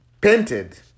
Painted